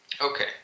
Okay